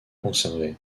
conservé